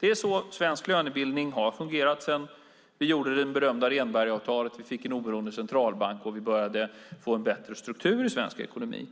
Det är så svensk lönebildning har fungerat sedan vi gjorde det berömda Rehnbergsavtalet. Vi fick en oberoende centralbank, och vi började få en bättre struktur i svensk ekonomi.